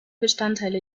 bestandteile